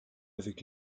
avec